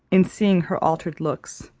in seeing her altered looks,